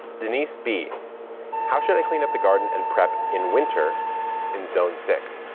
denise b how should i clean up the garden and prep in winter in zone six?